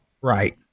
Right